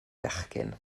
fechgyn